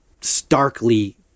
starkly